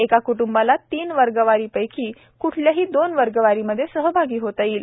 एका क्ट्ंबाला तीन वर्गवारीपैकी क्ठल्याही दोन वर्गवारीमध्ये सहभागी होता येईल